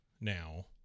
now